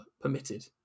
permitted